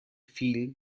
فیلم